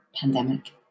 pandemic